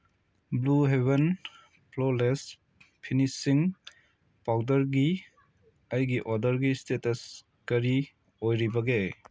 blue heaven flawless finishing ꯄꯥꯎꯗꯔꯒꯤ ꯑꯩꯒꯤ ꯑꯣꯗꯔꯒꯤ ꯏꯁꯇꯦꯇꯁ ꯀꯔꯤ ꯑꯣꯏꯔꯤꯕꯒꯦ